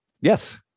Yes